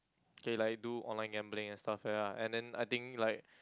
K like do online gambling and stuff ya and then I think like